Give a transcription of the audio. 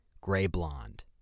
gray-blonde